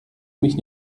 mich